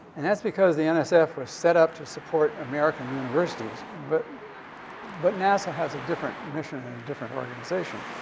and that's because the and so nsf was set up to support american universities. but but nasa has a different mission and a different organization.